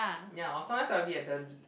ya or sometimes I will be at the l~